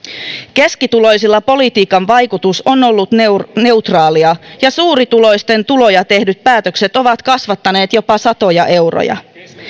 keskituloisilla politiikan vaikutus on ollut neutraalia neutraalia ja suurituloisten tuloja tehdyt päätökset ovat kasvattaneet jopa satoja euroja